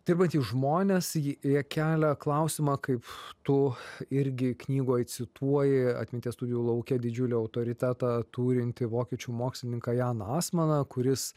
tai vat tie žmonės ji jie kelia klausimą kaip tu irgi knygoj cituoji atminties studijų lauke didžiulį autoritetą turintį vokiečių mokslininką janą asmaną kuris